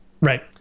Right